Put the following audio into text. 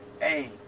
hey